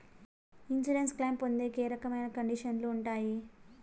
Insurance claim పొందేకి ఏ రకమైన కండిషన్లు ఉంటాయి?